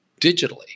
digitally